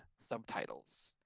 subtitles